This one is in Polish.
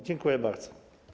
Dziękuję bardzo.